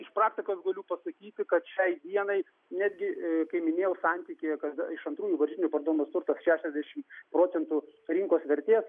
iš praktikos galiu pasakyti kad šiai dienai netgi kaip minėjau santykyje kad iš antrųjų varžytinių parduodamas turtas šešiasdešimt procentų rinkos vertės